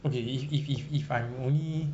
okay if if if if I'm only